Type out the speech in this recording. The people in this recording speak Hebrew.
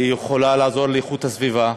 היא יכולה לעזור לשמירת הסביבה,